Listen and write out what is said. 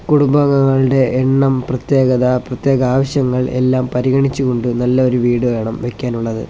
കുടുംബാംഗങ്ങളുടെ എണ്ണം പ്രത്യേകത പ്രത്യേക ആവശ്യങ്ങൾ എല്ലാം പരിഗണിച്ചുകൊണ്ട് നല്ല ഒരു വീട് വേണം വെക്കാൻ ഉള്ളത്